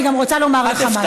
ואני גם רוצה לומר לך משהו.